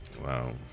Wow